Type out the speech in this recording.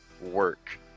work